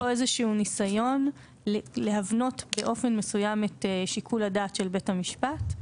יש פה איזה שהוא ניסיון להבנות באופן מסוים את שיקול הדעת של בית המשפט.